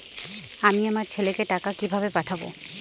আমি আমার ছেলেকে টাকা কিভাবে পাঠাব?